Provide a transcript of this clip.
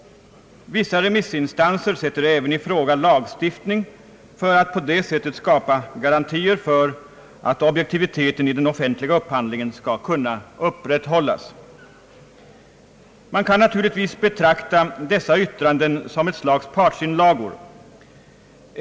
Vissa remissinstanser sätter även i fråga lagstiftning för att på det sättet skapa garantier för att objektiviteten i den offentliga upphandlingen skall kunna upprätthållas. Man kan naturligtvis betrakta dessa yttranden som ett slags partsinlagor.